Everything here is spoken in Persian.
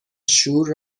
شور